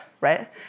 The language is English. right